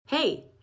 Hey